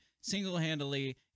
single-handedly